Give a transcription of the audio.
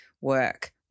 work